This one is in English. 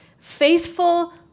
Faithful